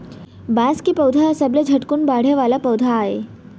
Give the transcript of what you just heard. बांस के पउधा ह सबले जादा झटकुन बाड़हे वाला पउधा आय